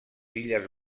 illes